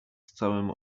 całym